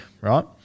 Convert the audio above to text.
right